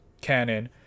cannon